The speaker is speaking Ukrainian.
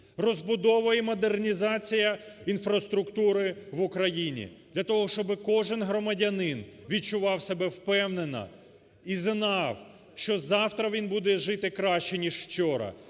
розбудова і модернізація інфраструктури в Україні для того, щоби кожен громадянин відчував себе впевнено і знав, що завтра він буде жити краще, ніж вчора,